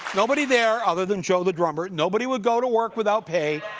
nobody there other than joe the drummer, nobody would go to work without pay.